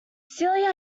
celia